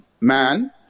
man